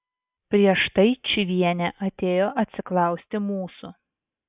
prieš tai čyvienė atėjo atsiklausti mūsų